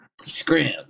Scram